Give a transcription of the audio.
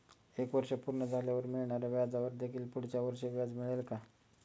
एक वर्ष पूर्ण झाल्यावर मिळणाऱ्या व्याजावर देखील पुढच्या वर्षी व्याज मिळेल का?